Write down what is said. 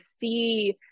see